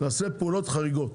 נעשה פעולות חריגות.